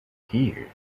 here